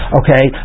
okay